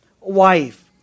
wife